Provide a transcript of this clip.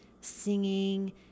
singing